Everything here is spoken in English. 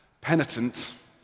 penitent